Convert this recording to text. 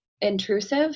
intrusive